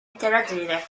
interagire